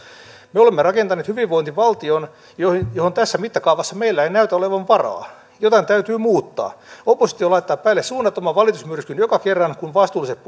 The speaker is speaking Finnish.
me olemme rakentaneet hyvinvointivaltion johon tässä mittakaavassa meillä ei näytä olevan varaa jotain täytyy muuttaa oppositio laittaa päälle suunnattoman valitusmyrskyn joka kerta kun vastuulliset